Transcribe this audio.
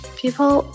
people